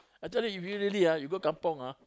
actually if you really ah you go kampung ah